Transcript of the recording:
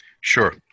Sure